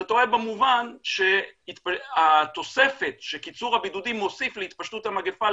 אתה טועה במובן שהתוספת שקיצור הבידודים מוסיף להתפשטות המגפה,